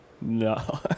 No